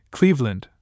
Cleveland